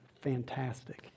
fantastic